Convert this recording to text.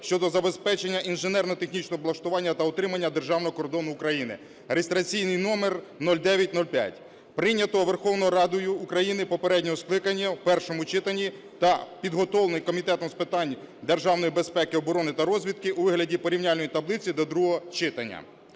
щодо інженерно-технічного облаштування та утримання державного кордону України (реєстраційний номер 0905), прийнятого Верховною Радою України попереднього скликання в першому читанні та підготовлений Комітетом з питань державної безпеки, оборони та розвідки у вигляді порівняльної таблиці до другого читання.